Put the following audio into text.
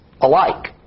alike